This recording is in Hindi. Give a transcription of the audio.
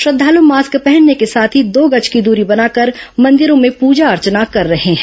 श्रद्धाल् मास्क पहनने के साथ हैी दो गज की दूरी बनाकर मंदिरों में पूजा अर्चना कर रहे हैं